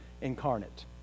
incarnate